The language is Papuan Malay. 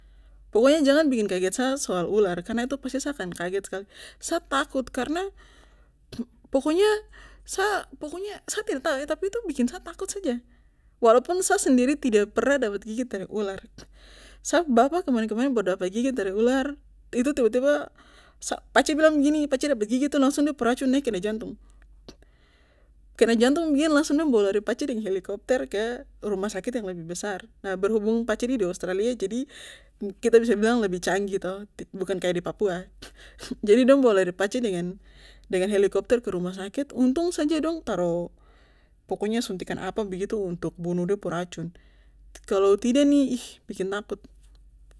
Pokoknya jang bikin kaget sa soal ular sa takut karna pokoknya sa tidak tau pokoknya itu bikin sa takut saja walaupun sa sendiri tidak pernah dapat gigit dari ular sa bapa kemarin kemarin baru dapat gigit dari ular itu tiba tiba sa pace bilang begini pace dapa gigit langsung de pu racun naik kena jantung kena jantung begini dong bawa lari pace deng helikopter ke rumah sakit yang lebih besar nah berhubung pace nih de di australi jadi kita bisa lebih canggih toh bukan kaya di papua jadi dong bawa dong bawah lari pace deng helikopter ke rumah sakit untung saja dong taro pokoknya suntikan apa begitu untuk bunuh de pu racun kalo tidak nih ih bikin takut